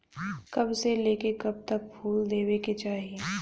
कब से लेके कब तक फुल देवे के चाही?